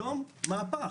היום מהפך.